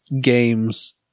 games